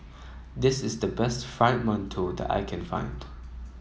this is the best Fried Mantou that I can find